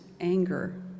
anger